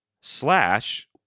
Slash